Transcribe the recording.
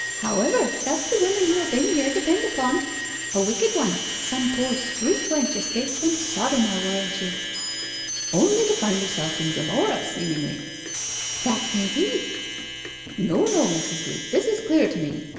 however, that's the woman who ha' been here, depend upon't a wicked one some poor street-wench escaped from sodom, i warrant ye only to find herself in gomorrah, seemingly that may be no, no, mrs. leat, this is clear to me.